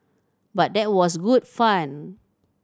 but that was good fun